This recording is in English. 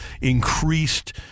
increased